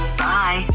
bye